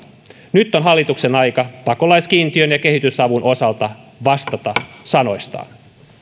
nyt on hallituksen aika pakolaiskiintiön ja kehitysavun osalta vastata sanoistaan